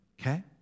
Okay